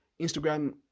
Instagram